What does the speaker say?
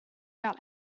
gael